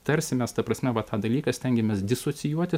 tarsi mes ta prasme va tą dalyką stengiamės disocijuotis